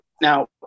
now